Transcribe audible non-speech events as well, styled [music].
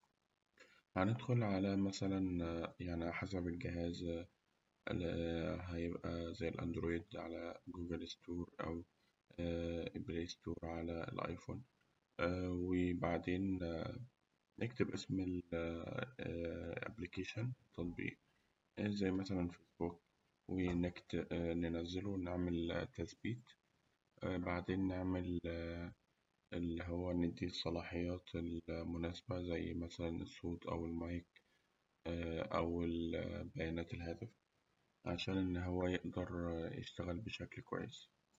هندخل على مثالاً [hesitation] حسب الجهاز، هيبقى زي الأندرويد على جوجل ستور، البلا ستور، على الأيفون، وبعدين [hesitation] نكتب اسم الأبليكشن التطبيق زي مثلاً في الجول وننزله ونعمل تثبيت، بعدين نديه الصلاحيات المناسبة، زي الصوت أو المايك أو الكاميرا، أو بيانات الهاتف عشان إن هو يقدر يشتغل بشكل كويس.